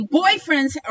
boyfriends